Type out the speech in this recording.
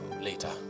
later